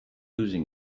losing